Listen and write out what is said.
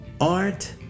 Art